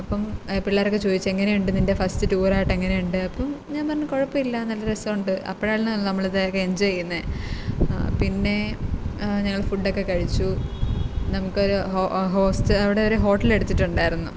അപ്പം പിള്ളേരൊക്കെ ചോദിച്ചു എങ്ങനെ ഉണ്ട് നിൻ്റെ ഫസ്റ്റ് ടൂറായിട്ട് എങ്ങനെ ഉണ്ട് അപ്പം ഞാൻ പറഞ്ഞു കുഴപ്പമില്ല നല്ല രസമുണ്ട് അപ്പോഴാണല്ലോ നമ്മൾ ഇതൊക്കെ എൻജോയ് ചെയ്യുന്നത് പിന്നെ ഞങ്ങൾ ഫുഡൊക്കെ കഴിച്ചു നമുക്ക് ഒരു അവിടെ ഒരു ഹോട്ടൽ എടുത്തിട്ടുണ്ടായിരുന്നു